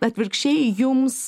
atvirkščiai jums